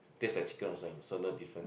taste like chicken also so no difference